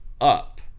up